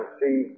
see